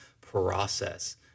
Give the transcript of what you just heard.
process